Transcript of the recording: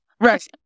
Right